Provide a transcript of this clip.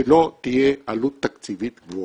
שלא תהיה עלות תקציבית גבוהה.